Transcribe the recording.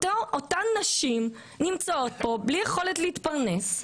אותן נשים נמצאות פה בלי יכולת להתפרנס,